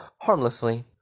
Harmlessly